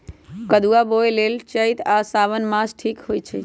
कदुआ बोए लेल चइत आ साओन मास ठीक होई छइ